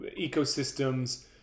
ecosystems